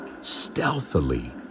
stealthily